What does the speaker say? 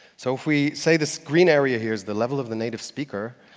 so if we say this green area here is the level of the native speaker,